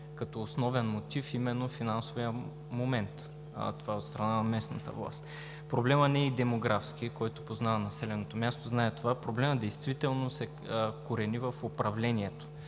като основен мотив именно финансовият модел от страна на местната власт. Проблемът не е и демографски. Който познава населеното място, знае това. Проблемът действително се корени в управлението